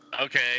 okay